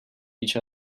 each